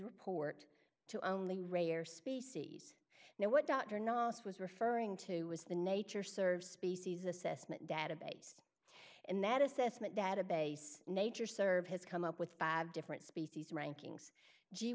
report to only rare species now what dr knox was referring to was the nature serve species assessment database and that assessment database nature serve has come up with five different species rankings g